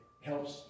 helps